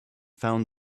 found